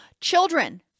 Children